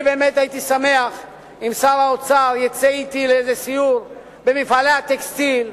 אני באמת אשמח אם שר האוצר יצא אתי לאיזה סיור במפעלי הטקסטיל,